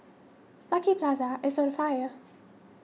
Lucky Plaza is on fire